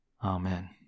Amen